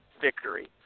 victory